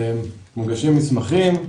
מוגשים מסמכים,